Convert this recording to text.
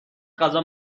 غذا